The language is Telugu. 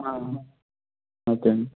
ఓకే అండి